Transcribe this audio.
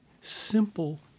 simple